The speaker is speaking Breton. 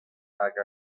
hag